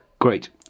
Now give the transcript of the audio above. Great